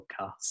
podcast